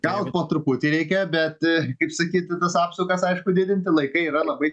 kelt po truputį reikia bet kaip sakyti tas apsukas aišku didinti laikai yra labai